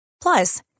Plus